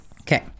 Okay